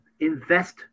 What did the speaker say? invest